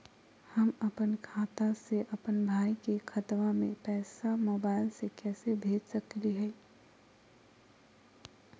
हम अपन खाता से अपन भाई के खतवा में पैसा मोबाईल से कैसे भेज सकली हई?